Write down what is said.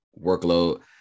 workload